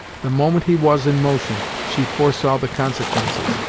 the moment he was in motion she foresaw the consequences,